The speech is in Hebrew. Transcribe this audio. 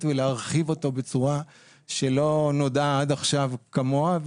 ולהרחיב אותו בצרוה שלא נודעה עד עכשיו כמוה.